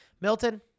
Milton